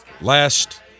last